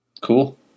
Cool